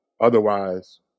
Otherwise